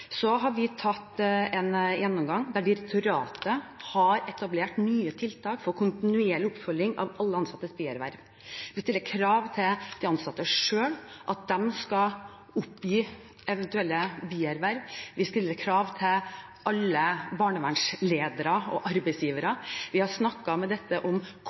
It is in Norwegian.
Vi har tatt en gjennomgang der direktoratet har etablert nye tiltak for kontinuerlig oppfølging av alle ansattes bierverv. Vi stiller krav til de ansatte om at de skal oppgi eventuelle bierverv. Vi stiller krav til alle barnevernsledere og arbeidsgivere. Vi har snakket om dette